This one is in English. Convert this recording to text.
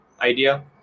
idea